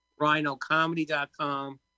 RhinoComedy.com